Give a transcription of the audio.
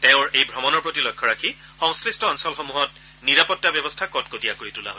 তেওঁৰ এই ভ্ৰমণৰ প্ৰতি লক্ষ্য ৰাখি সংশ্লিষ্ট অঞ্চলসমূহত নিৰাপত্তা ব্যৱস্থা কটকটীয়া কৰি তোলা হৈছে